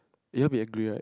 you won't be angry right